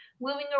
moving